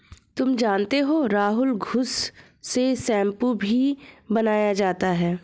तुम जानते हो राहुल घुस से शैंपू भी बनाया जाता हैं